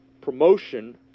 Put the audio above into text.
promotion